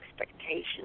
expectations